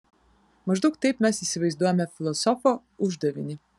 maždaug taip mes įsivaizduojame filosofo uždavinį